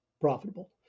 profitable